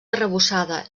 arrebossada